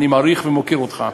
אני מעריך ומוקיר אותך,